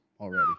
already